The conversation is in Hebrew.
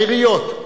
העיריות.